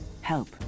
help